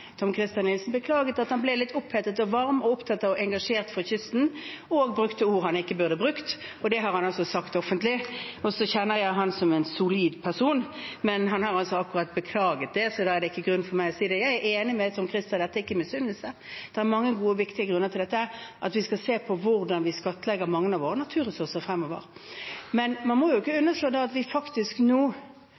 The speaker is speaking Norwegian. Nilsen beklaget at han ble litt opphetet og varm og opptatt av og engasjert for kysten og brukte ord han ikke burde brukt, og det har han sagt offentlig. Så kjenner jeg ham som en solid person, men han har altså akkurat beklaget det, så da er det ikke grunn for meg til å si det. Jeg er enig med Tom-Christer. Dette er ikke misunnelse. Det er mange gode, viktige grunner til at vi skal se på hvordan vi skattlegger mange av våre naturressurser fremover. Men man må jo ikke underslå at vi nå